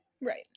Right